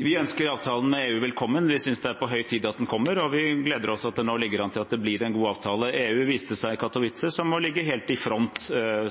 Vi ønsker avtalen med EU velkommen. Vi synes det er på høy tid at den kommer, og vi gleder oss over at det nå ligger an til at det blir en god avtale. EU viste seg i Katowice å ligge helt i front